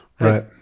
Right